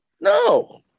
No